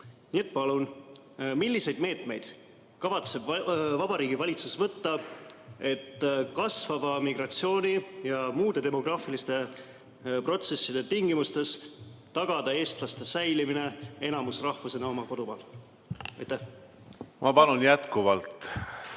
Nii et palun, milliseid meetmeid kavatseb Vabariigi Valitsus võtta, et kasvava migratsiooni ja muude demograafiliste protsesside tingimustes tagada eestlaste säilimine enamusrahvusena oma kodumaal? Ma palun jätkuvalt